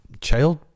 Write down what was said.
child